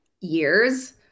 years